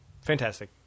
fantastic